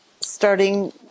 starting